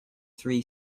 three